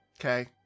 Okay